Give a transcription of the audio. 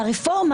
והרפורמה,